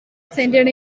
centered